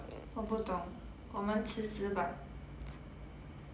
我不懂我们辞职吧